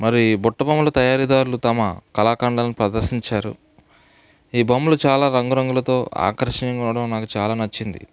మరియు బుట్ట బొమ్మల తయారీదారులు తమ కళాకండాలను ప్రదర్శించారు ఈ బొమ్మలు చాల రంగు రంగులతో ఆకర్షణీయం కావడం నాకు చాలా నచ్చింది